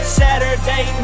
saturday